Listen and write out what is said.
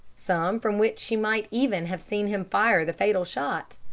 some from which she might even have seen him fire the fatal shot.